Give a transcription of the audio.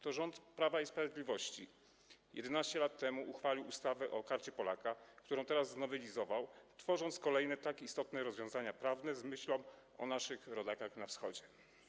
To rząd Prawa i Sprawiedliwości 11 lat temu uchwalił ustawę o Karcie Polaka, którą teraz znowelizował, tworząc kolejne istotne rozwiązania prawne z myślą o naszych rodakach na Wschodzie.